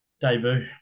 debut